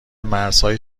مرزهای